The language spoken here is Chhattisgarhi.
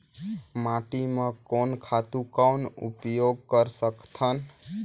माटी म कोन खातु कौन उपयोग कर सकथन?